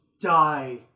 die